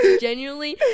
genuinely